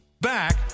back